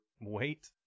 wait